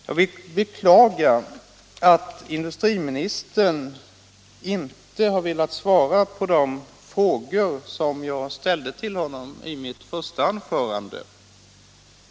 Jag beklagar att industriministern inte har velat svara på de frågor som jag ställde till honom i mitt första anförande.